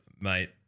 mate